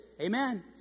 Amen